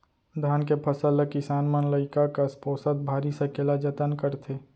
धान के फसल ल किसान मन लइका कस पोसत भारी सकेला जतन करथे